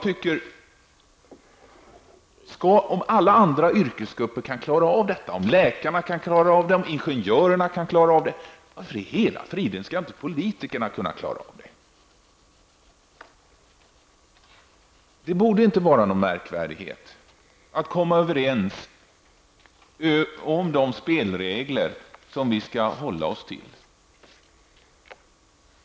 Om andra yrkesgrupper såsom läkare och ingenjörer kan klara av detta med etikregler, undrar jag varför i hela fridens namn inte politiker skulle kunna klara det. Det borde inte vara så märkvärdigt att komma överens om de spelregler som vi politiker skall hålla oss till.